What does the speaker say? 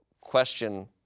question